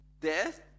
death